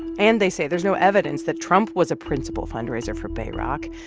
and they say there's no evidence that trump was a principal fundraiser for bayrock.